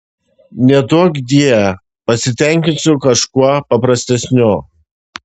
neduokdie pasitenkinsiu kažkuo paprastesniu